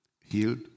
healed